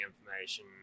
information